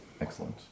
Excellent